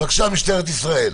בבקשה, משטרת ישראל,